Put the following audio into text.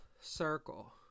circle